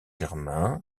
germain